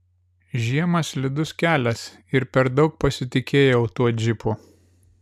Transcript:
žiema slidus kelias ir per daug pasitikėjau tuo džipu